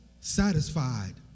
satisfied